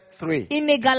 three